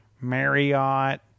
Marriott